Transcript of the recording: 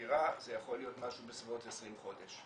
דירה זה יכול להיות משהו בסביבות 20 חודש.